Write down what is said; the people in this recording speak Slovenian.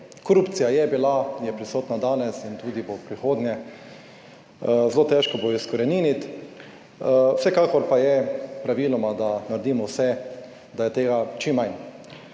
Korupcija je bila, je prisotna danes in tudi bo v prihodnje. Zelo težko jo bo izkoreniniti, vsekakor pa je praviloma, da naredimo vse, da je tega čim